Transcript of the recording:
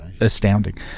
astounding